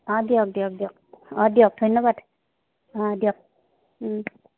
অঁ দিয়ক দিয়ক দিয়ক অঁ দিয়ক ধন্যবাদ অঁ দিয়ক